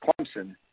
Clemson